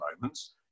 moments